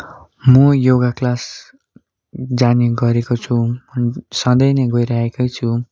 मो योगा क्लास जाने गरेको छु सधैँ नै गइरहेकै छु